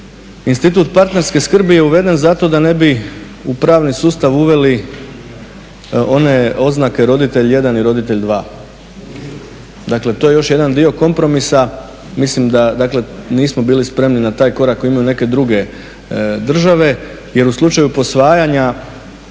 institut partnerske skrbi je uveden zato da ne bi u pravni sustav uveli one oznake roditelj 1 i roditelj 2. Dakle, to je još jedan dio kompromisa. Mislim da, dakle nismo bili spremni na taj korak koji imaju neke druge države, jer u slučaju posvajanja